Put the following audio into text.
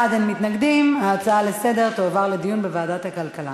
ההצעה להעביר את הנושא לוועדת הכלכלה